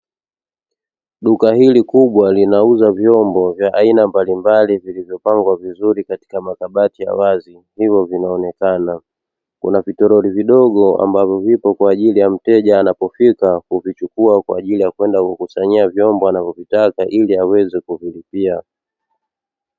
Duka hili kubwa linauza vyombo vya aina mbali mbali vilivyopangwa vizuri katika makabati ya wazi, hivyo vinaonekana kuna vitoroli vidogo ambavyo vipo kwa ajili ya mteja anapopita kuvichukua, kwa ajili ya kwenda kukusanyia vyombo anavyovitaka ili aweze kuvilipia.